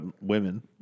women